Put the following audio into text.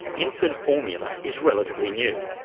infant formula is relatively new,